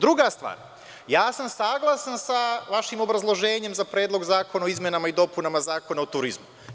Druga stvar, ja sam saglasan sa vašim obrazloženjem za Predlog zakona o izmenama i dopunama Zakona o turizmu.